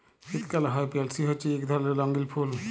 শীতকালে হ্যয় পেলসি হছে ইক ধরলের রঙ্গিল ফুল